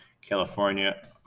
California